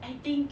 I think